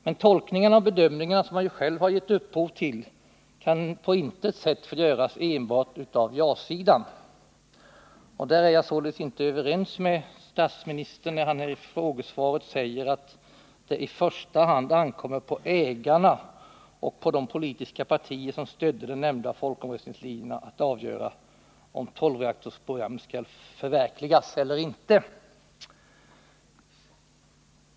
Men tolkningarna och bedömningarna som man ju själv gett upphov till kan på intet sätt få göras enbart av ja-sidan. Jag är således inte överens med statsministern när han i frågesvaret säger att det i första hand ankommer på ägarna och de politiska partier som stödde de nämnda folkomröstningslinjerna att avgöra om tolvreaktorsprogrammet skall förverkligas eller inte.